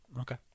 Okay